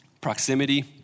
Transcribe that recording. Proximity